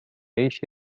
eixe